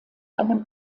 allem